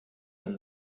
him